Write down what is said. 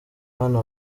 bana